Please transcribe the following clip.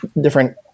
Different